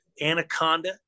Anaconda